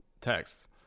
texts